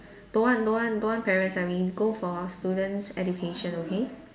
don't want don't want don't want parents uh we go for students' education okay